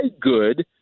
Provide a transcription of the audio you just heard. good